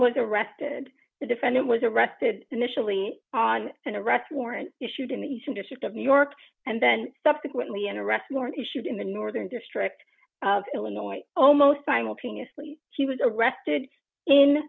was arrested the defendant was arrested initially on an arrest warrant issued in the eastern district of new york and then subsequently an arrest warrant issued in the northern district of illinois almost simultaneously she was arrested in